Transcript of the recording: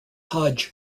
hajj